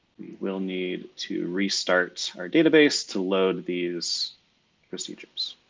we'll need to restart our database to load these procedures.